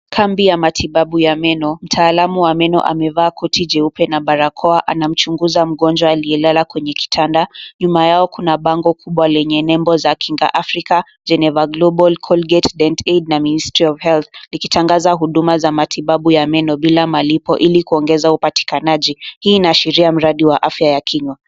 Kambi ya matibabu ya meno. Mtaalamu wa meno amevaa koti jeupe na barakoa, anamchunguza mgonjwa aliyelala kwenye kitanda. Nyuma yao kuna bango kubwa lenye nembo za Kinga Africa, Geneva Global, Colgate Aid na Ministry of Health likitangaza huduma za meno bila malipo ili kuongeza upatikanaji. Hii inaashiria mradi wa afya ya kinywa.